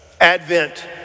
Advent